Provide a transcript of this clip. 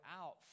out